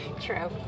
True